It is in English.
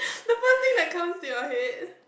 the first thing that comes to your head